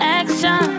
action